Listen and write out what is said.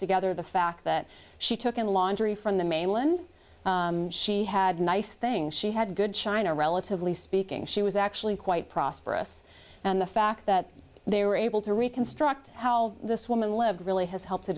together the fact that she took in laundry from the mainland she had nice things she had good china relatively speaking she was actually quite prosperous and the fact that they were able to reconstruct how this woman lived really has helped to